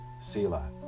Selah